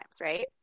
right